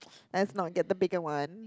let's not get the bigger one